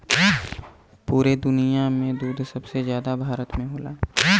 पुरे दुनिया में दूध सबसे जादा भारत में होला